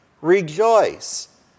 Rejoice